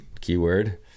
keyword